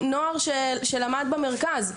נוער שלמד במרכז,